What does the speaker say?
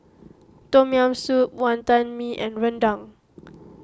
Tom Yam Soup Wantan Mee and Rendang